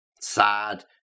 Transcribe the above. Sad